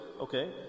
okay